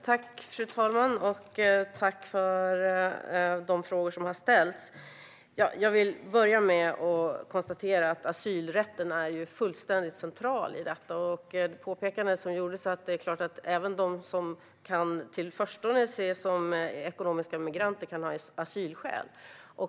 Fru talman! Tack för de frågor som har ställts! Jag vill börja med att konstatera att asylrätten är fullständigt central i detta. När det gäller det påpekande som gjordes kan även de som i förstone kan ses som ekonomiska migranter ha asylskäl.